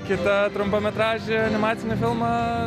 kitą trumpametražį animacinį filmą